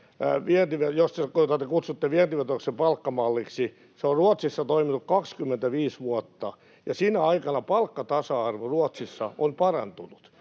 jota te kutsutte vientivetoiseksi palkkamalliksi, 25 vuotta, ja sinä aikana palkkatasa-arvo Ruotsissa on parantunut,